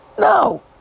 No